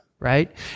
Right